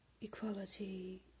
equality